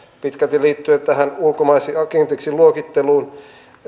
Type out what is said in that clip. pitkälti liittyen tähän ulkomaisiksi agenteiksi luokitteluun